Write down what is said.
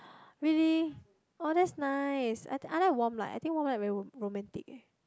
really oh that's nice I I like warm light I think warm light very rom~ romantic leh